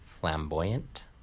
flamboyant